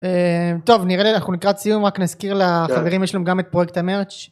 טוב נראה לי אנחנו לקראת סיום ורק נזכיר לחברים יש להם גם את פרויקט המרץ'